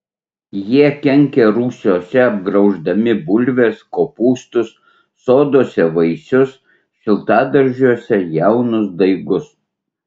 jie kenkia rūsiuose apgrauždami bulves kopūstus soduose vaisius šiltadaržiuose jaunus daigus